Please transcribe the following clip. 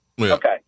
Okay